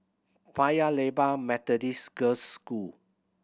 Paya Lebar Methodist Girls' School